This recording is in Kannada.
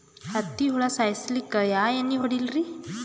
ಹತ್ತಿ ಹುಳ ಸಾಯ್ಸಲ್ಲಿಕ್ಕಿ ಯಾ ಎಣ್ಣಿ ಹೊಡಿಲಿರಿ?